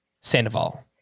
Sandoval